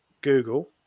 Google